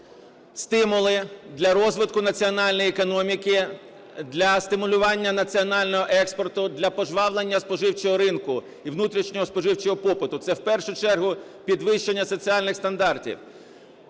стимули для розвитку національної економіки, для стимулювання національного експорту, для пожвавлення споживчого ринку і внутрішнього споживчого попиту, – це в першу чергу підвищення соціальних стандартів.